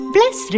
Bless